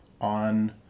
on